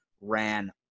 ran